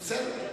בסדר.